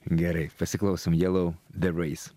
gerai pasiklausom jelau de rais